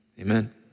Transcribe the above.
Amen